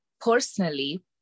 personally